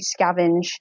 scavenge